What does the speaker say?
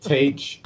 Teach